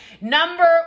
number